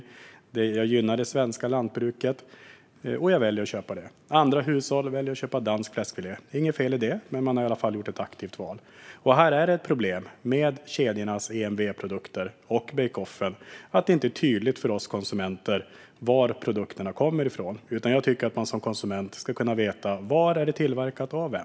Man gynnar det svenska lantbruket och väljer att köpa svenskt. Andra hushåll väljer att köpa dansk fläskfilé. Det är inget fel med det. Men man har i alla fall gjort ett aktivt val. Det är ett problem med kedjornas EMV-produkter och bake-off att det inte är tydligt för oss konsumenter varifrån produkterna kommer. Jag tycker att man som konsument ska få veta var det är tillverkat och av vem.